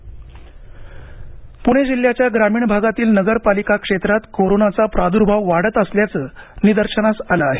प्णे जिल्हा कोरोना प्णे जिल्ह्याच्या ग्रामीण भागातील नगरपालिका क्षेत्रात कोरोनाचा प्रादुर्भाव वाढत असल्याचे निदर्शनास आले आहे